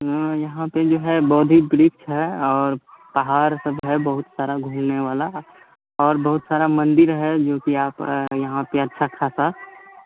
हाँ यहाँ पे जो है बोधी वृक्ष है और पहाड़ सब है बहुत सारा घूमने वाला और बहुत सारा मंदिर है जो कि आप यहाँ पे अच्छा खासा